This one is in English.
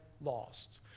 lost